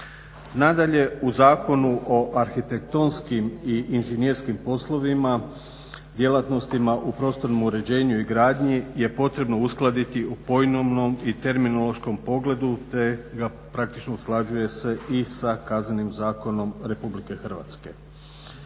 Nadalje, u Zakonu o arhitektonskim i inženjerskim poslovima djelatnostima u prostornom uređenju i gradnji je potrebno uskladiti u pojmovnom i terminološkom pogledu te ga praktično usklađuje se i sa Kaznenim zakonom RH.